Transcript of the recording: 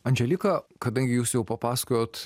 andželika kadangi jūs jau papasakojot